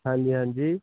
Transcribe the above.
ਹਾਂਜੀ ਹਾਂਜੀ